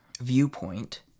viewpoint